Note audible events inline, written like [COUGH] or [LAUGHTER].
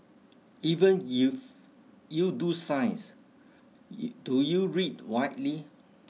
even if you do science [NOISE] do you read widely